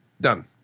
Done